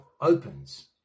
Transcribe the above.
opens